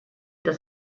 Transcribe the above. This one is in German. das